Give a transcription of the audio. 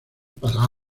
para